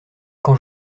quand